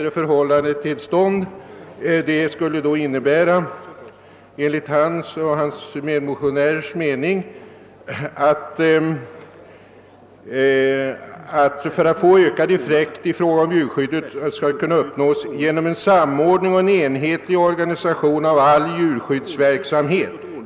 Enligt herr Sjöholm och hans medmotionärer skulle en önskad och en ökad effekt kunna uppnås genom en samordning och en enhetlig organisation av all djurskyddsverksambhet.